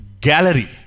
gallery